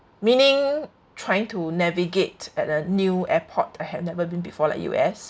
meaning trying to navigate at a new airport I had never been before like U_S